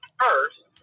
first